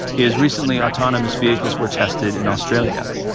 is recently autonomous vehicles were tested in australia.